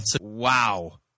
Wow